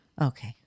Okay